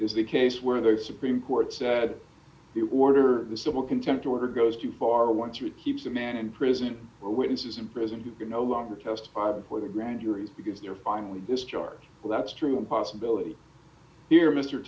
is the case where the supreme court said it ward or the civil contempt order goes too far once or it keeps a man in prison or witnesses in prison who can no longer testify before the grand juries because they're finally discharged and that's true a possibility here mr